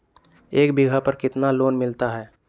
एक बीघा पर कितना लोन मिलता है?